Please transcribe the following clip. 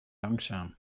langzaam